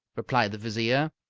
replied the vizier.